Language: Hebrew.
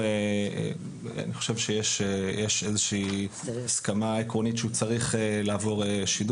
שאני חושב שיש איזו שהיא הסכמה שהוא דרוש שיפור,